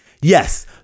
yes